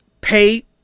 pay